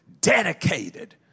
Dedicated